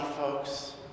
folks